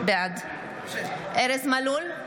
בעד ארז מלול,